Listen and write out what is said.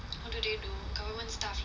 what do they do government stuff